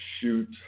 shoot